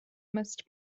must